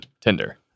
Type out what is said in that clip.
Tinder